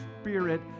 spirit